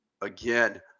again